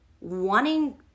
wanting